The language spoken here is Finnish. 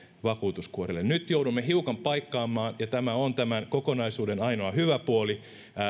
vakuutuskuorille nyt joudumme hiukan paikkaamaan ja tämä on tämän kokonaisuuden ainoa hyvä puoli